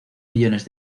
millones